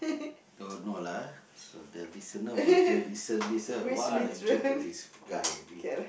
don't know lah ah so the listener will hear listen listen what a joke ah this guy